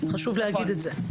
חשוב להגיד את זה.